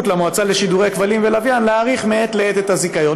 למועצה לשידורי כבלים ולוויין להאריך מעת לעת את הזיכיון,